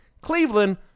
Cleveland